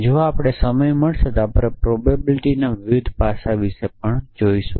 જો આપણે સમય મળશે તો આપણે પ્રોબેબિલિટિના વિવિધ પાસા વિષે જોઈશું